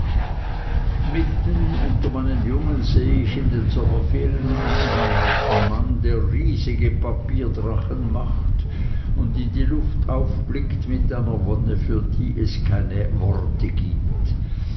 mitten unter meinen jungen sehe ich in den sommerferien einen alten mann der riesige papierdrachen macht und in die luft aufblickt mit einer wonne für die es keine worte gibt